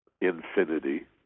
infinity